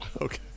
okay